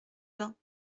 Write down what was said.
bains